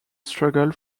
struggle